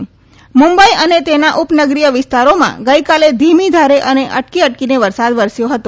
કારણ કે મુંબઈ અને તેના ઉપનગરીય વિસ્તારોમાં ગઇકાલે ધીમી ધારે અને અટકી અટકીને વરસાદ વરસ્યો હતો